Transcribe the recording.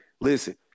listen